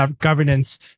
governance